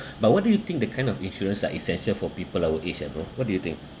but what do you think the kind of insurance are essential for people our age ah bro what do you think